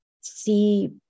see